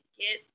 get